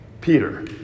Peter